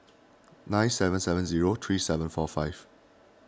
nine seven seven zero three seven four five